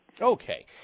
Okay